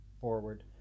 forward